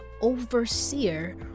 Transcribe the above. overseer